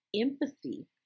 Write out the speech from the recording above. empathy